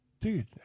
Dude